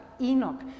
Enoch